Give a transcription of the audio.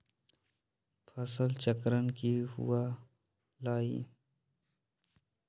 फसल चक्रण की हुआ लाई?